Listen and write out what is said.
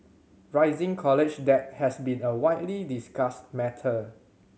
rising college debt has been a widely discussed matter